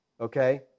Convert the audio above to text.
okay